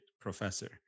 professor